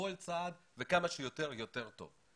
כמה שיותר, יותר טוב.